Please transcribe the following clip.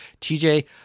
TJ